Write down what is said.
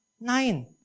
Nine